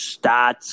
stats